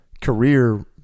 career